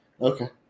Okay